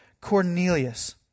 Cornelius